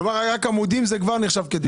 כלומר, רק עמודים כבר נחשבים כדירה?